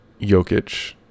Jokic